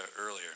earlier